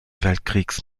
weltkriegs